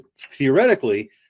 theoretically